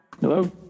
Hello